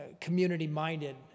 community-minded